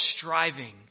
striving